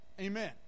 Amen